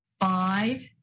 five